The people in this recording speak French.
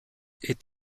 est